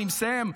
אני מסיים,